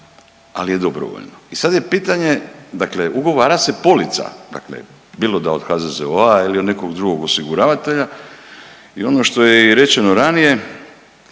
ali je dobrovoljno. I sad je pitanje, dakle ugovara se polica, dakle bilo da od HZZO-a ili od nekog drugo osiguravatelja i ono što je i rečeno ranije